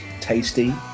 tasty